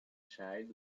child